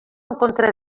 contra